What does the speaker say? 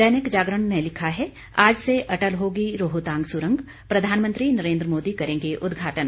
दैनिक जागरण ने लिखा है आज से अटल होगी रोहतांग सुरंग प्रधानमंत्री नरेंद्र मोदी करेंगे उदघाटन